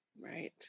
Right